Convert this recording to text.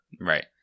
Right